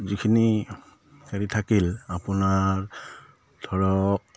যিখিনি হেৰি থাকিল আপোনাৰ ধৰক